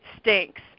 stinks